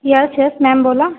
yes yes ma'am बोला